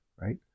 right